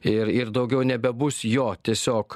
ir ir daugiau nebebus jo tiesiog